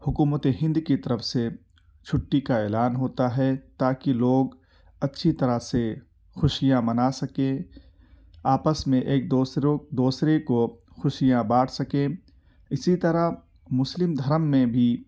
حكومت ہند كی طرف سے چھٹّی كا اعلان ہوتا ہے تاكہ لوگ اچھی طرح سے خوشیاں منا سکیں آپس میں ایک دوسرو دوسرے کو خوشیاں بانٹ سکیں اسی طرح مسلم دھرم میں بھی